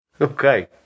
Okay